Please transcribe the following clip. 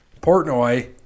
Portnoy